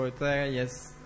Yes